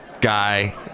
guy